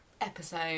episode